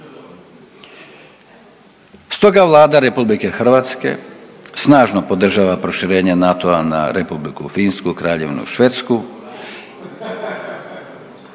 Stoga Vlada RH snažno podržava proširenja NATO-a na Republiku Finsku i Kraljevinu Švedsku